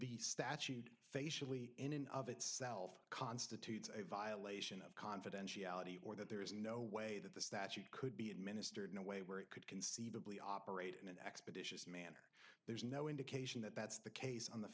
the statute facially in and of itself constitutes a violation of confidentiality or that there is no way that the statute could be administered in a way where it could conceivably operate in an expeditious manner there's no indication that that's the case on the